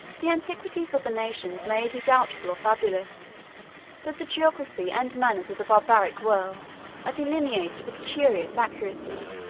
the antiquities of the nations may be doubtful or fabulous but the geography and manners of the barbaric world are delineated with curious accuracy.